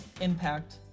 impact